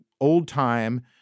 old-time